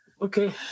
Okay